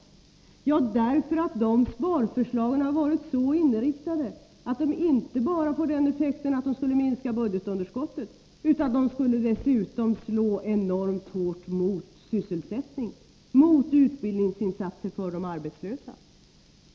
Det har vi gjort därför att de sparförslagen varit så inriktade att de inte bara får den effekten att de skulle minska budgetunderskottet — de skulle dessutom slå enormt hårt mot sysselsättningen, mot utbildningsinsatser för de arbetslösa.